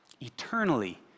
eternally